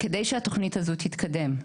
כדי שהתוכנית הזאת תתקדם.